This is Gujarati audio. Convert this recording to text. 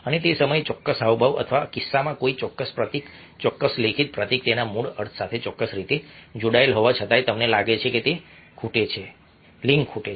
અને તે સમયે ચોક્કસ હાવભાવ અથવા આ કિસ્સામાં કોઈ ચોક્કસ પ્રતીક ચોક્કસ લેખિત પ્રતીક તેના મૂળ અર્થ સાથે ચોક્કસ રીતે જોડાયેલ હોવા છતાં તમને લાગે છે કે તે ખૂટે છે લિંક ખૂટે છે